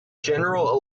general